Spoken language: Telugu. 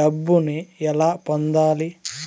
డబ్బుని ఎలా పొందాలి?